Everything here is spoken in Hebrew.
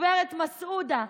גב' מסעודה,